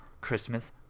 Christmas